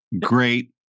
great